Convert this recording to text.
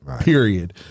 period